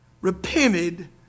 repented